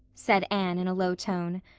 said anne in a low tone.